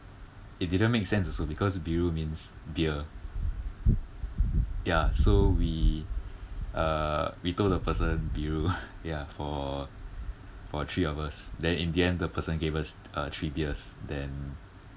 it didn't make sense also because biru means beer ya so we uh we told the person biru ya for for three of us then in the end the person gave us uh three beers then